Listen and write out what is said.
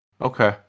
Okay